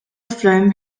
flame